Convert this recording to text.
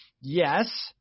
Yes